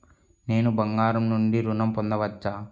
నేను బంగారం నుండి ఋణం పొందవచ్చా?